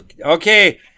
Okay